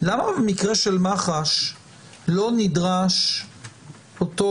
למה במקרה של מח"ש לא נדרש אותו